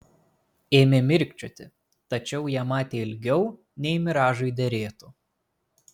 ėmė mirkčioti tačiau ją matė ilgiau nei miražui derėtų